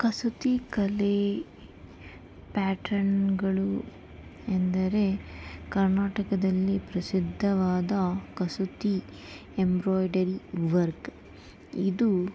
ಕಸೂತಿ ಕಲೆ ಪ್ಯಾಟರ್ನ್ಗಳು ಎಂದರೆ ಕರ್ನಾಟಕದಲ್ಲಿ ಪ್ರಸಿದ್ಧವಾದ ಕಸೂತಿ ಎಂಬ್ರೈಡರಿ ವರ್ಕ್ ಇದು